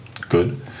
good